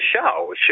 show